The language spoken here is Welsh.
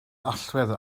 allwedd